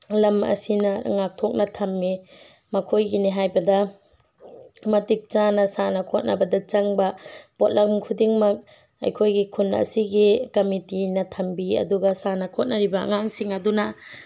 ꯂꯝ ꯑꯁꯤꯅ ꯉꯥꯛꯊꯣꯛꯅ ꯊꯝꯃꯤ ꯃꯈꯣꯏꯒꯤꯅꯤ ꯍꯥꯏꯕꯗ ꯃꯇꯤꯛ ꯆꯥꯅ ꯁꯥꯟꯅ ꯈꯣꯠꯅꯕ ꯆꯪꯕ ꯄꯣꯠꯂꯝ ꯈꯨꯗꯤꯡꯃꯛ ꯑꯩꯈꯣꯏꯒꯤ ꯈꯨꯜ ꯑꯁꯤꯒꯤ ꯀꯝꯃꯤꯠꯇꯤꯅ ꯊꯝꯕꯤ ꯑꯗꯨꯒ ꯁꯥꯟꯅ ꯈꯣꯠꯅꯔꯤꯕ ꯑꯉꯥꯡꯁꯤꯡ ꯑꯗꯨꯅ